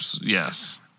yes